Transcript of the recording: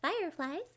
fireflies